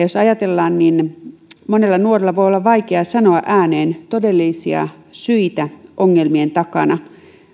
jos ajatellaan niin monella nuorella voi olla vaikea sanoa ääneen todellisia syitä ongelmien takana